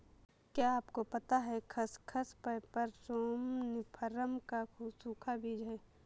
क्या आपको पता है खसखस, पैपर सोमनिफरम का सूखा बीज है?